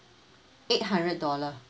eight hundred dollars